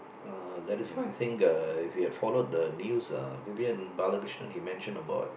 uh that is why I think uh if you had followed the news ah Vivian-Balakrishnan he mentioned about